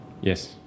Yes